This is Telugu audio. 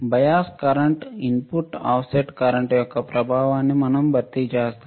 bias current input offset current యొక్క ప్రభావాన్ని మనం భర్తీ చేస్తాము